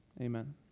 amen